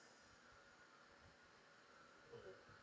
mmhmm